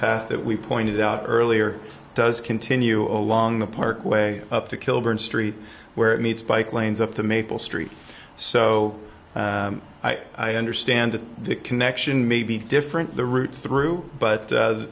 path that we pointed out earlier does continue along the parkway up to kilburn street where it meets bike lanes up to maple street so i understand that the connection may be different the route through but